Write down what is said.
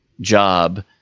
job